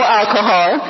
alcohol